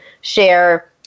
share